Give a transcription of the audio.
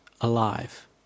alive